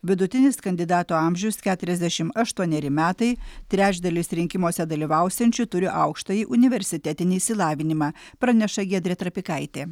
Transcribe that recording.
vidutinis kandidatų amžius keturiasdešimt aštuoneri metai trečdalis rinkimuose dalyvausiančių turi aukštąjį universitetinį išsilavinimą praneša giedrė trapikaitė